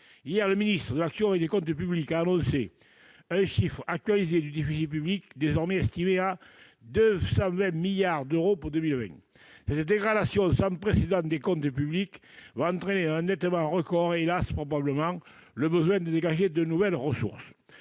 Hier, le ministre de l'action et des comptes publics a annoncé un chiffre actualisé du déficit public, désormais estimé à 220 milliards d'euros pour 2020 ! Cette dégradation sans précédent des comptes publics va entraîner un endettement record et- hélas ! -probablement le besoin de dégager de nouvelles ressources.